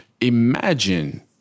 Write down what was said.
Imagine